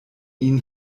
ihnen